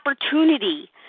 opportunity